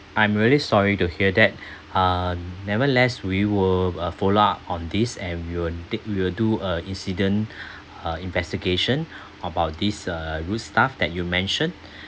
I'm really sorry to hear that um never less we will uh follow up on this and we will take we will do a incident uh investigation about this uh rude staff that you mentioned